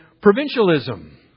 provincialism